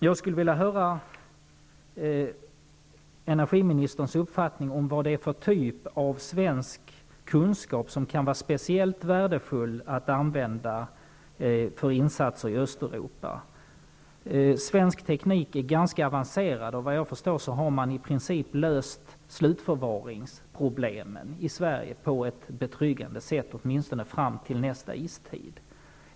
Jag skulle vilja höra energiministerns uppfattning om vad det är för typ av svensk kunskap som kan vara speciellt värdefull att använda för insatser i Östeuropa. Svensk teknik är ganska avancerad. Såvitt jag förstår har man i Sverige i princip löst slutförvaringsproblemen på ett betryggande sätt, åtminstone fram till nästa istid.